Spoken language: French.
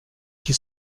qui